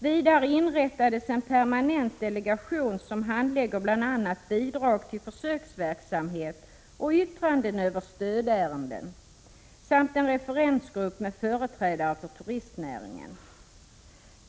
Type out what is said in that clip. Vidare inrättades en permanent delegation, som handlägger bl.a. bidrag till försöksverksamhet och yttranden över stödärenden, samt en referensgrupp med företrädare för turistnäringen.